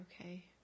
okay